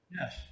Yes